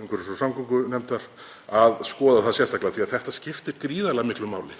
umhverfis- og samgöngunefndar að skoða það sérstaklega því þetta skiptir gríðarlega miklu máli.